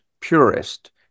purist